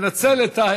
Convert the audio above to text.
תנצל את,